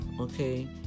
okay